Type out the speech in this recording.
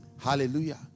Hallelujah